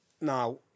Now